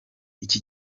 iki